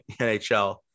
NHL